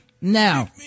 Now